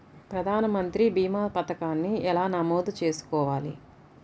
ప్రధాన మంత్రి భీమా పతకాన్ని ఎలా నమోదు చేసుకోవాలి?